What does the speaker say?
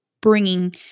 bringing